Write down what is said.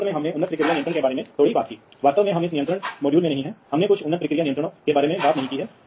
तो इसका बहुत बड़ा परिणाम है इसलिए यह है कि आपने वास्तव में मानकीकृत किया है यह पीसी बाजार की तरह ही है आप जानते हैं